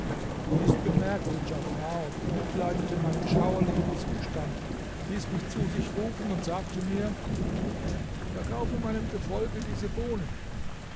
dies bemerkte djafar und bemitleidete meinen schauerlichen zustand ließ mich zu sich rufen und sagte mir verkaufe meinem gefolge diese bohnen